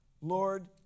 Lord